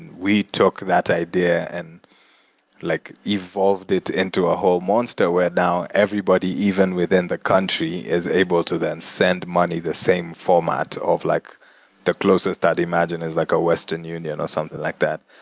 we took that idea and like evolved it into a whole monster. where, now, everybody, even within the country, is able to then send money the same format of like the closest i'd imagine is like a western union, or something like that.